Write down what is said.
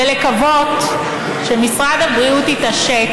ולקוות שמשרד הבריאות יתעשת.